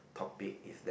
topic is that